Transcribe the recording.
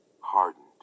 hardened